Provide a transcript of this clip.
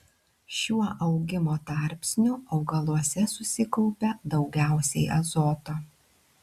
šiuo augimo tarpsniu augaluose susikaupia daugiausiai azoto